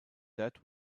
that